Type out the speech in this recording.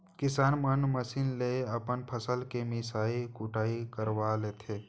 किसान मन मसीन ले अपन फसल के मिसई कुटई करवा लेथें